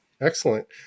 Excellent